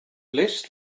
list